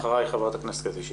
אחרייך ח"כ קטי שטרית.